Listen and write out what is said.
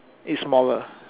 is smaller